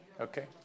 okay